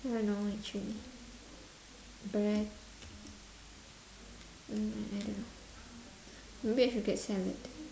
I don't know actually but mm I don't maybe I should get salad